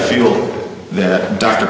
feel that dr